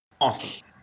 Awesome